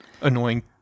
annoying